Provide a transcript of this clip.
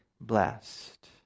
blessed